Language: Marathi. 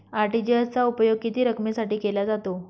आर.टी.जी.एस चा उपयोग किती रकमेसाठी केला जातो?